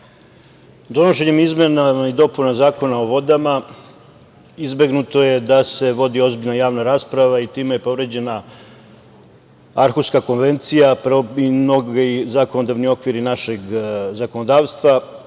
Donošenjem izmena i dopuna Zakona o vodama izbegnuto je da se vodi ozbiljna javna rasprava i time je povređena Arhuska konvencija i mnogi zakonodavni okviri našeg zakonodavstva.Zašto